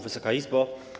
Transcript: Wysoka Izbo!